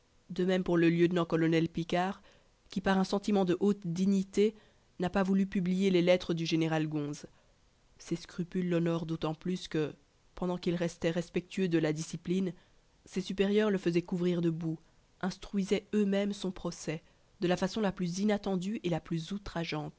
de même pour le lieutenant colonel picquart qui par un sentiment de haute dignité n'a pas voulu publier les lettres du général gonse ces scrupules l'honorent d'autant plus que pendant qu'il restait respectueux de la discipline ses supérieurs le faisaient couvrir de boue instruisaient eux-mêmes son procès de la façon la plus inattendue et la plus